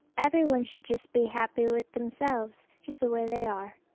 everyone should just be happy with themselves. just the way they are.